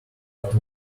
but